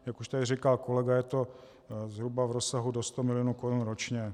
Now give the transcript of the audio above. Jak říkal kolega, je to zhruba v rozsahu do sto milionů korun ročně.